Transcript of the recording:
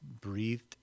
breathed